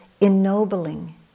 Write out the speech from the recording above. ennobling